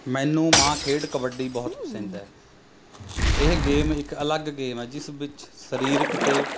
ਮੈਨੂੰ ਮਾਂ ਖੇਡ ਕਬੱਡੀ ਬਹੁਤ ਪਸੰਦ ਹੈ ਇਹ ਗੇਮ ਇੱਕ ਅਲੱਗ ਗੇਮ ਹੈ ਜਿਸ ਵਿੱਚ ਸਰੀਰਕ ਅਤੇ